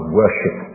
worship